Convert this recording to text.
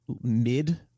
mid